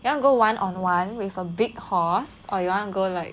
you want go one on one with a big horse or you want go like